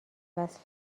وصل